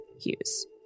Hughes